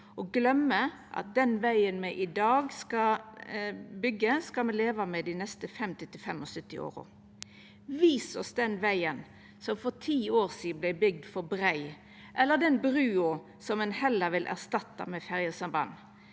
og gløymer at den vegen me i dag skal byggja, skal me leva med dei neste 50–75 åra. Vis oss den vegen som for ti år sidan vart bygd for brei, eller den brua som ein heller vil erstatta med ferjesamband.